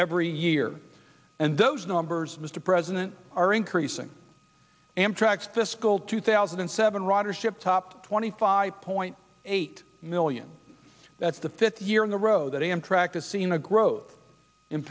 every year and those numbers mr president are increasing amtrak fiscal two thousand and seven ridership top twenty five point eight million that's the fifth year in the row that amtrak has seen the growth in